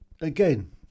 again